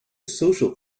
social